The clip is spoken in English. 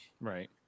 Right